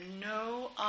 no